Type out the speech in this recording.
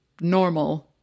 normal